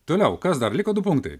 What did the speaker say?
toliau kas dar liko du punktai